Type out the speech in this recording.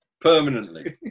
permanently